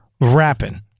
rapping